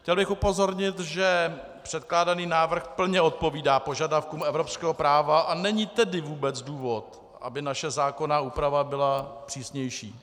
Chtěl bych upozornit, že předkládaný návrh plně odpovídá požadavkům evropského práva, a není tedy vůbec důvod, aby naše zákonná úprava byla přísnější.